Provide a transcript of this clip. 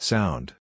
Sound